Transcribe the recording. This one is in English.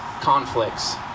conflicts